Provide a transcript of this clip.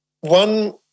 One